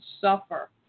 suffer